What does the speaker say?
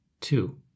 Two